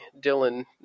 Dylan